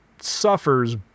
suffers